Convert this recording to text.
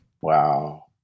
Wow